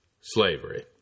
slavery